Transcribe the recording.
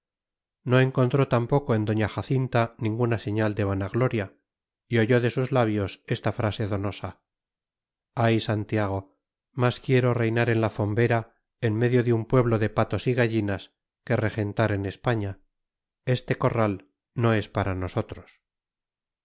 no encontró tampoco en doña jacinta ninguna señal de vanagloria y oyó de sus labios esta frase donosa ay santiago más quiero reinar en la fombera en medio de un pueblo de patos y gallinas que regentar en españa este corral no es para nosotros